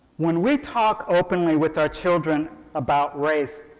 when we talk openly with our children about race,